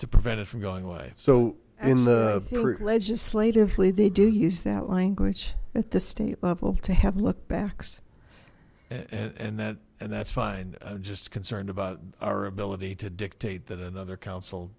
to prevent it from going away so in the legislatively they do use that language at the state level to have look backs and that and that's fine just concerned about our ability to dictate that another coun